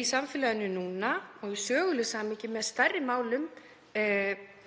í samfélaginu núna og í sögulegu samhengi með stærri málum